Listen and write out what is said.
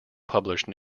published